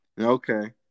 okay